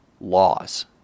laws